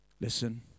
Listen